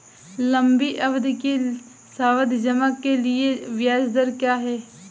लंबी अवधि के सावधि जमा के लिए ब्याज दर क्या है?